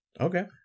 Okay